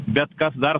bet kas dar